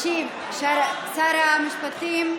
ישיב שר התיירות בשם שר המשפטים.